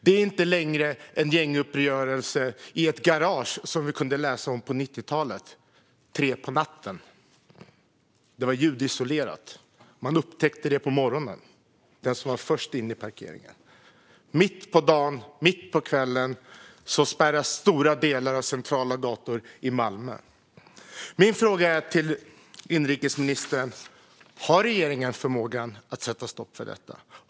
Det är inte längre en gänguppgörelse i ett garage klockan tre på natten, som vi kunde läsa om på 90-talet. Det var ljudisolerat, och den som var först in på morgonen upptäckte det. Nu sker det mitt på dagen, mitt på kvällen, och stora delar av centrala gator i Malmö spärras av. Min undran till inrikesministern är: Har regeringen förmågan att sätta stopp för detta?